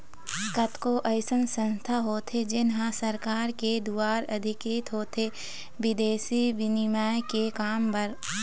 कतको अइसन संस्था होथे जेन ह सरकार के दुवार अधिकृत होथे बिदेसी बिनिमय के काम बर